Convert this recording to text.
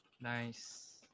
Nice